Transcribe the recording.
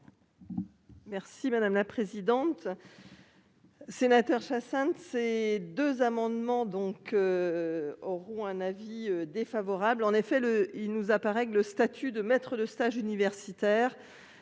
Merci madame la présidente.-- Sénateur Jacinthe ces deux amendements donc. Auront un avis défavorable en effet le il nous apparaît que le statut de maître de stage universitaire.